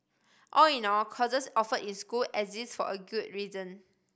all in all courses offered in school exist for a good reason